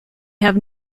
have